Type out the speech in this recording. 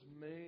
made